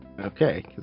okay